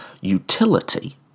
utility